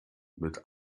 mit